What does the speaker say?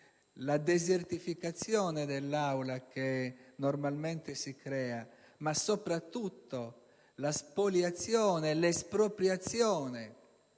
la desertificazione dell'Aula che normalmente si crea, ma soprattutto la spoliazione, l'espropriazione